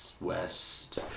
West